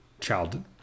child